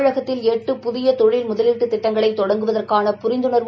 தமிழகத்தில் எட்டு புதிய தொழில் முதலீட்டு திட்டங்களை தொடங்வதற்கான புரிந்துணா்வு